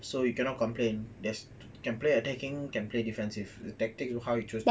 so you cannot complain they can play attacking they can play defensive tactic how you choose to play